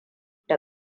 da